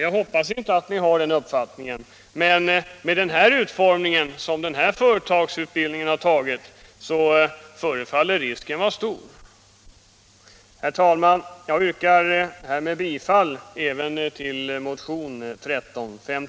Jag hoppas att det inte är på det viset. Men med den utformning den här utbildningen skall ha förefaller risken vara stor.